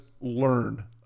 learn